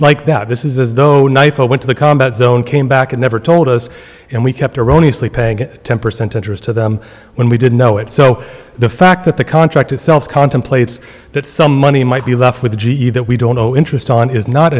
like that this is as though nightfall went to the combat zone came back and never told us and we kept erroneously paying ten percent interest to them when we didn't know it so the fact that the contract itself contemplates that some money might be left with g e that we don't know interest on is not